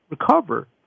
recover